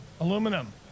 aluminum